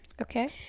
Okay